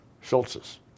Schultz's